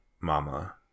mama